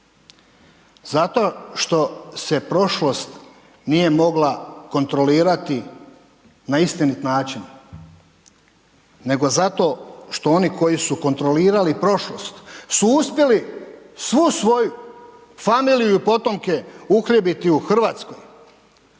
Zato što se prošlost nije mogla kontrolirati na istinit način, nego zato što oni koji su kontrolirali prošlost su uspjeli svu svoju familiju i potomke uhljebiti u Hrvatskoj.